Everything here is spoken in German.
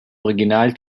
original